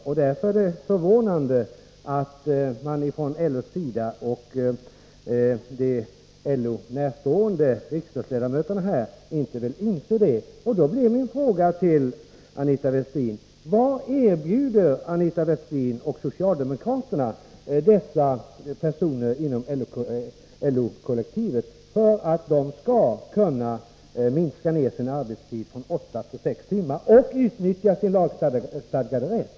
Det är därför förvånande att LO och LO närstående riksdagsledamöter inte vill inse det. Då blir min fråga till Aina Westin: Vad erbjuder Aina Westin och socialdemokraterna dessa personer inom LO-kollektivet för att de skall kunna minska sin arbetstid från åtta till sex timmar och utnyttja sin lagstadgade rätt?